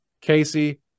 Casey